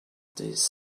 this